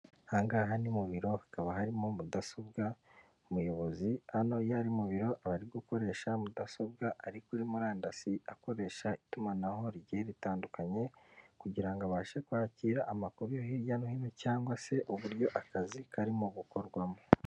Ahahanga aha ni mu biro hakaba harimo mudasobwa. Umuyobozi hano iyo ari mu biro, aba ari gukoresha mudasobwa ari kuri murandasi, akoresha itumanaho rigiye ritandukanye, kugira abashe kwakira amakuru hirya no hino cyangwa se uburyo akazi karimo gukorwamo.